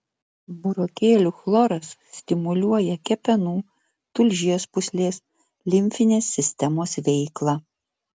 burokėlių chloras stimuliuoja kepenų tulžies pūslės limfinės sistemos veiklą